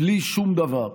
בלי שום דבר.